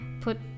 put